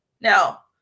Now